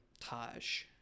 Taj